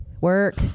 Work